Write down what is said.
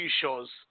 shows